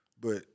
but-